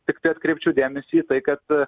tiktai atkreipčiau dėmesį į tai kad